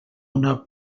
una